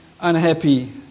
unhappy